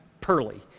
pearly